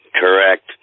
correct